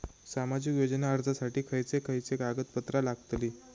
सामाजिक योजना अर्जासाठी खयचे खयचे कागदपत्रा लागतली?